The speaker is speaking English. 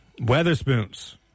Weatherspoons